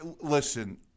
listen